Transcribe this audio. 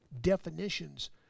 definitions